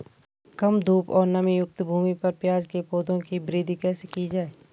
कम धूप और नमीयुक्त भूमि पर प्याज़ के पौधों की वृद्धि कैसे की जाए?